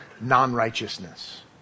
non-righteousness